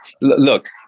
look